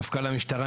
מפכ"ל המשטרה,